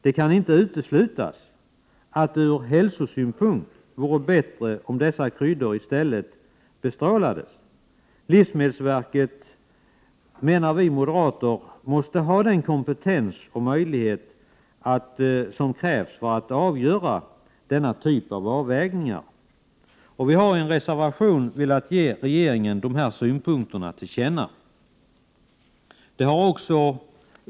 Det kan inte uteslutas att det ur hälsosynpunkt vore bättre om dessa kryddor i stället bestrålades. Vi moderater menar att livsmedelsverket måste ha den kompetens och de möjligheter som krävs för att göra denna typ av avvägningar. Vi har i en reservation velat ge regeringen dessa synpunkter till känna.